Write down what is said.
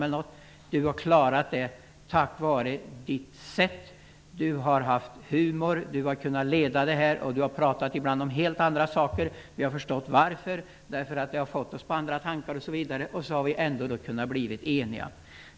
Rolf Clarkson har klarat det tack vare sitt sätt. Han har haft humor och kunnat leda detta arbete. Ibland har han pratat om helt andra saker, och vi har förstått varför. Det har nämligen fått oss på andra tankar, och så har vi ändå kunnat bli eniga.